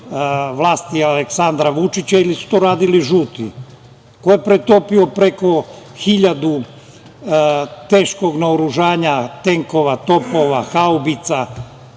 vlasti Aleksandra Vučića ili su to radili žuti? Ko je pretopio preko 1000 teškog naoružanja, tenkova, topova, haubica,